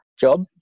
job